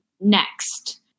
next